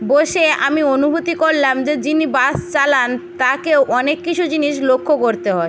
বসে আমি অনুভূতি করলাম যে যিনি বাস চালান তাকেও অনেক কিছু জিনিস লক্ষ্য করতে হয়